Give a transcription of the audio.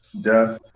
death